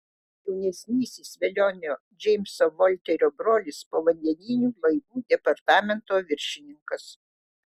jaunesnysis velionio džeimso volterio brolis povandeninių laivų departamento viršininkas